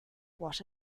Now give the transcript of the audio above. what